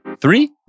three